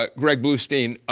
ah greg bluestein,